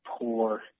poor –